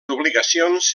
obligacions